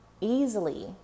easily